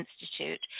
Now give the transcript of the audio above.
Institute